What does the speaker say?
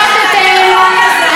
מי הכי צודק בעיר?